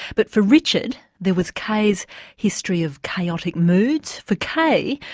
but for richard, there was kay's history of chaotic moods for kay,